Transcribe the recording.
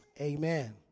Amen